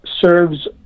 serves